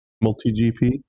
Multi-GP